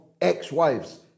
ex-wives